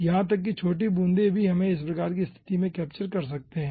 यहां तक कि बहुत छोटी बूंदें भी हम इस प्रकार की स्थिति में कैप्चर कर सकते हैं